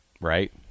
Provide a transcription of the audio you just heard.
right